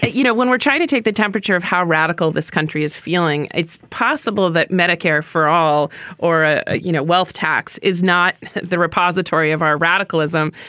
you know, when we're trying to take the temperature of how radical this country is feeling, it's possible that medicare for all or a you know wealth tax is not the repository of our radicalism,